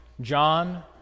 John